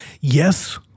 Yes